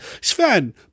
Sven